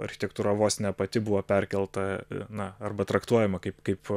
architektūra vos ne pati buvo perkelta na arba traktuojama kaip kaip